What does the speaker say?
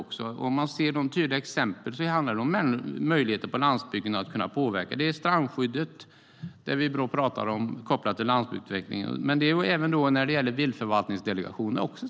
Det handlar till exempel om möjligheten för människor på landsbygden att påverka. Det gäller strandskyddet kopplat till landsbygdsutveckling. Det gäller också viltförvaltningsdelegationen.